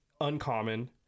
uncommon